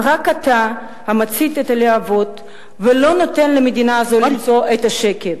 ורק אתה המצית את הלהבות ולא נותן למדינה הזו למצוא את השקט.